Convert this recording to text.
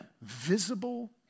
visible